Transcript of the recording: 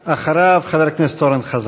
חבר הכנסת עבד אל חכים חאג' יחיא,